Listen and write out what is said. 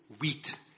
wheat